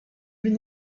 been